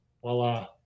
voila